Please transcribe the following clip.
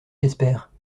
j’espère